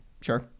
Sure